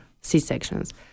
C-sections